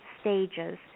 stages